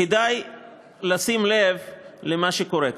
כדאי לשים לב למה שקורה כאן.